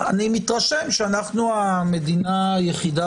אני מתרשם שאנחנו המדינה היחידה,